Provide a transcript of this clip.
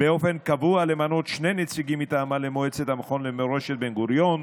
באופן קבוע למנות שני נציגים מטעמה למועצת המכון למורשת בן-גוריון,